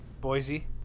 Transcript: Boise